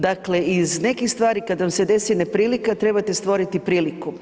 Dakle, iz nekih stvari kada vam se desi neprilika trebate stvoriti priliku.